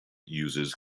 uses